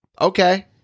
okay